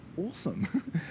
awesome